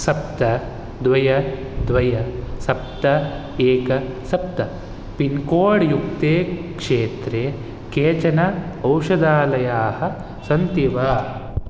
सप्त द्वय द्वय सप्त एक सप्त पिन्कोड्युक्ते क्षेत्रे केचन औषधालयाः सन्ति वा